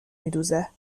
میدوزه